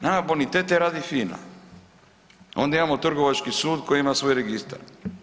Nama bonitete radi FINA, onda imamo trgovački sud koji ima svoj registar.